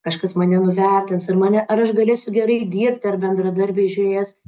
kažkas mane nuvertins ir mane ar aš galėsiu gerai dirbt ar bendradarbiai žiūrės